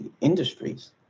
industries